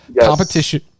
competition